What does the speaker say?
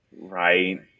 Right